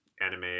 anime